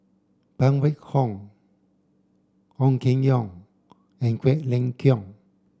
Phan Wait Hong Ong Keng Yong and Quek Ling Kiong